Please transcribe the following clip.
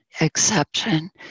exception